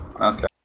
Okay